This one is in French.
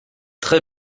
très